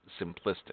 simplistic